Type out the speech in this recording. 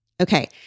Okay